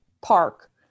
park